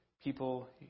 people